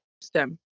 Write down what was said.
STEM